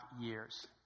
years